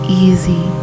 easy